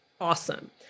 awesome